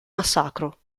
massacro